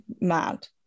mad